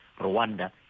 Rwanda